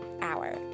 hour